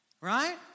Right